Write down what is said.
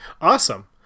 Awesome